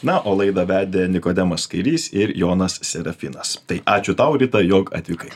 na o laidą vedė nikodemas kairys ir jonas serafinas tai ačiū tau rita jog atvykai